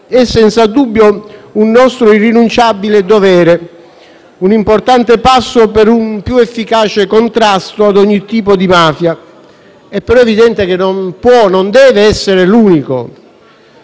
è senza dubbio un nostro irrinunciabile dovere, un importante passo per un più efficace contrasto ad ogni tipo di mafia. È però evidente che non può e non deve essere l'unico.